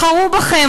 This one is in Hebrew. בחרו בכם.